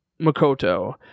makoto